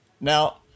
Now